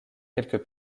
quelques